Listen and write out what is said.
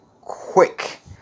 quick